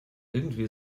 irgendwie